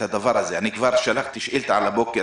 אני כבר שלחתי שאילתה הבוקר